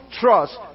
trust